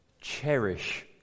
cherish